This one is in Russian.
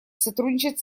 сотрудничать